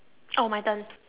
oh my turn